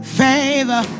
favor